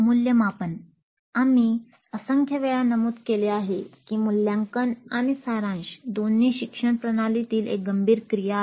मूल्यमापनः आम्ही असंख्य वेळा नमूद केले आहे की मुल्यांकन आणि सारांश दोन्ही शिक्षण प्रणालीतील एक गंभीर क्रिया आहे